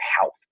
health